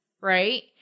Right